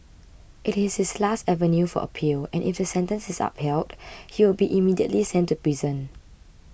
it is his last avenue for appeal and if the sentence is upheld he will be immediately sent to prison